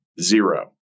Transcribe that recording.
Zero